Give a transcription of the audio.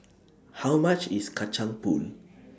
How much IS Kacang Pool